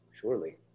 surely